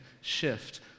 shift